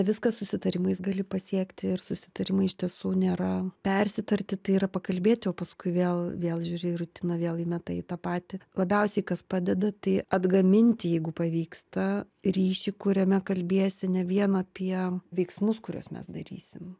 viską susitarimais gali pasiekti ir susitarimai iš tiesų nėra persitarti tai yra pakalbėti o paskui vėl vėl žiūri į rutiną vėl įmeta į tą patį labiausiai kas padeda tai atgaminti jeigu pavyksta ryšį kuriame kalbiesi ne vien apie veiksmus kuriuos mes darysim